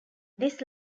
this